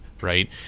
Right